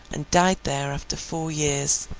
and died there after four years.